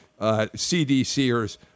CDCers